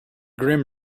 grim